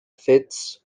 fits